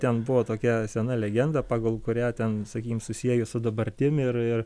ten buvo tokia sena legenda pagal kurią ten sakykim susieju su dabartim ir ir